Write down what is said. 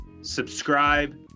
subscribe